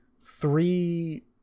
three